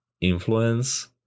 influence